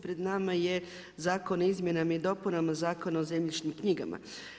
Pred nama je Zakon o izmjenama i dopunama Zakona o zemljišnim knjigama.